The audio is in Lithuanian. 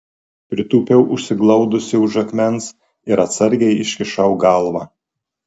pritūpiau užsiglaudusi už akmens ir atsargiai iškišau galvą